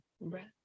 breath